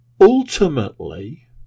Ultimately